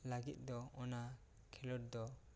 ᱞᱟᱹᱜᱤᱫ ᱫᱚ ᱚᱱᱟ ᱠᱷᱮᱞᱳᱰ ᱫᱚ